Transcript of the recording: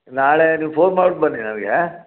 ನಾಳೆ ನೀವು ಫೋನ್ ಮಾಡ್ಬಿಟ್ಟು ಬನ್ನಿ ನನಗೆ